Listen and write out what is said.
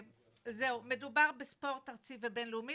זהו, מדובר בספורט ארצי ובין לאומי.